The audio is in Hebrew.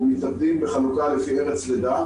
הוא מתאבדים בחלוקה לפי ארץ לידה.